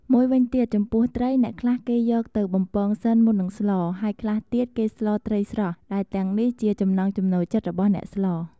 មួយវិញទៀត ចំពោះត្រី អ្នកខ្លះគេយកទៅបំពងសិនមុននឹងស្ល ហើយខ្លះទៀតគេស្លត្រីស្រស់ ដែលទាំងអស់នេះជាចំណង់ចំណូលចិត្តរបស់អ្នកស្ល។